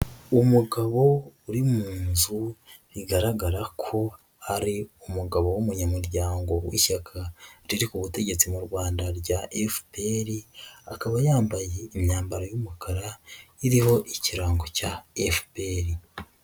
Umugabo uri mu nzu bigaragara ko ari umugabo w'umunyamuryango w'ishyaka riri ku butegetsi mu Rwanda rya FPR, akaba yambaye imyambaro y'umukara iriho ikirango cya FPR.